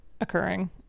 occurring